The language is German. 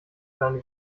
seine